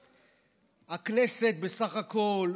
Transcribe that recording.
הכנסת בסך הכול,